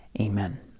amen